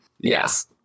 yes